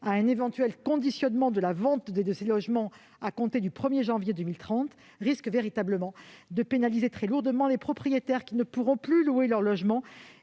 un éventuel conditionnement de la vente de ces logements à compter du 1 janvier 2030, risque de pénaliser très lourdement les propriétaires qui ne pourront plus louer leur logement